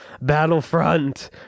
Battlefront